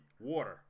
water